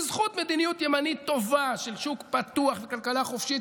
בזכות מדיניות ימנית טובה של שוק פתוח וכלכלה חופשית,